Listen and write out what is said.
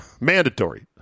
Mandatory